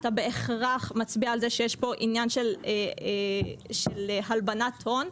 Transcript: אתה בהכרח מצביע על זה שיש פה עניין של הלבנת הון.